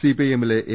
സിപിഐഎമ്മിലെ A